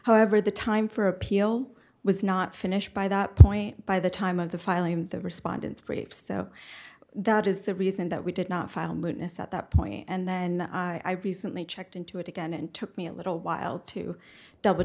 however the time for appeal was not finished by that point by the time of the filing of respondents briefs so that is the reason that we did not file mootness at that point and then i recently checked into it again and took me a little while to double